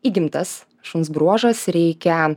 įgimtas šuns bruožas reikia